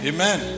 Amen